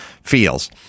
feels